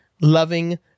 loving